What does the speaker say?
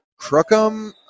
Crookham